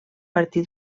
martí